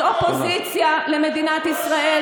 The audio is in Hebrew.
חשוב שתדעו: זאת אופוזיציה למדינת ישראל,